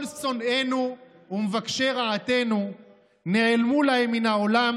כל שונאינו ומבקשי רעתנו נעלמו להם מן העולם